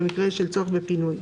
במקרה של צורך בפינוי.